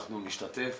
אנחנו נשתתף